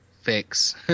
fix